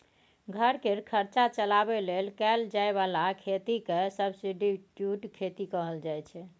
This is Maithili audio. घर केर खर्चा चलाबे लेल कएल जाए बला खेती केँ सब्सटीट्युट खेती कहल जाइ छै